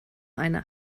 eine